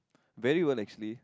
very well actually